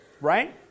Right